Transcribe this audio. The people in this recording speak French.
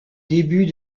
début